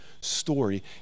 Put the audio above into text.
story